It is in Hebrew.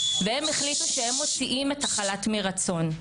והם החליטו שהם מוציאים את החל"ת מרצון,